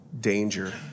danger